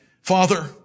Father